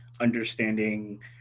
understanding